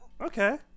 Okay